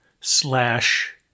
slash